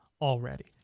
already